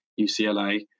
UCLA